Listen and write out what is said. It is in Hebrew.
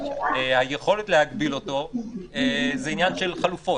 היכולת להגביל אותו זה עניין של חלופות.